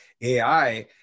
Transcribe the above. AI